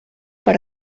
per